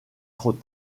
trop